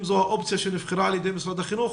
אם זו האופציה שנבחרה על ידי משרד החינוך,